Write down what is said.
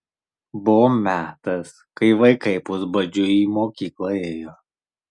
buvo metas kai vaikai pusbadžiu į mokyklą ėjo